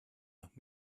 noch